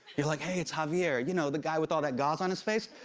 you're like, hey, it's javier, you know, the guy with all that gauze on his face.